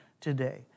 today